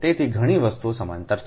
તેથી ઘણી વસ્તુઓ સમાંતર છે